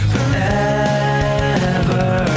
Forever